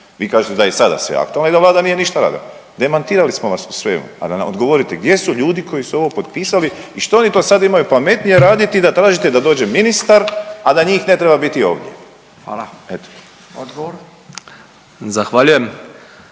vi kažete da je i sada sve aktualno i da Vlada nije ništa radila. Demantirali smo vas u svemu, pa odgovorite gdje su ljudi koji su ovo potpisali i što oni to sad imaju pametnije raditi da tražite da dođe ministar, a da njih ne treba biti ovdje. .../Upadica: Hvala./...